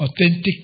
authentic